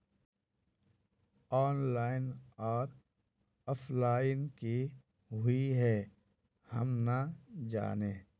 Online आर offline की हुई है हम ना जाने?